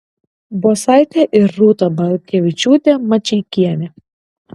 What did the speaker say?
bosaitė ir rūta balkevičiūtė mačeikienė